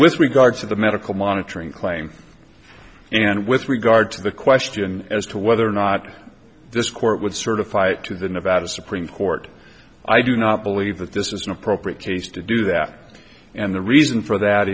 with regards to the medical monitoring claims and with regard to the question as to whether or not this court would certify to the nevada supreme court i do not believe that this is an appropriate case to do that and the reason for that